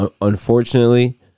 unfortunately